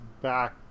back